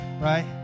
Right